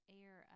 air